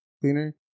cleaner